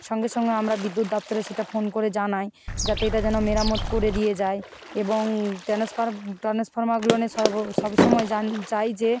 সঙ্গে সঙ্গে আমরা বিদ্যুৎ দপ্তরে সেটা ফোন করে জানাই যাতে এটা যেন মেরামত করে দিয়ে যায় এবং ট্যানোসফার ট্রান্সফর্মারগুলোনে সব সবসময় যান চাই যে